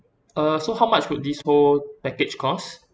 uh so how much would this whole package cost